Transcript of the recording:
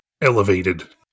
elevated